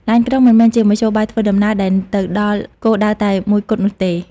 ឡានក្រុងមិនមែនជាមធ្យោបាយធ្វើដំណើរដែលទៅដល់គោលដៅតែមួយគត់នោះទេ។